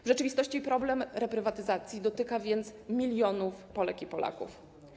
W rzeczywistości problem reprywatyzacji dotyka więc milionów Polek i Polaków.